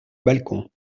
balcon